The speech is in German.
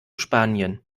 spanien